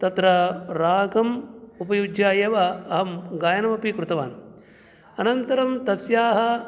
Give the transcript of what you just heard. तत्र रागम् उपयुज्य एव अहं गायनम् अपि कृतवान् अनन्तरं तस्याः